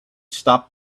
stop